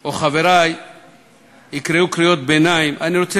או חברי יקראו קריאות ביניים אני רוצה